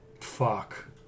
Fuck